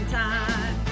time